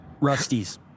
Rusty's